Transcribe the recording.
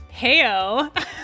Heyo